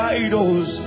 idols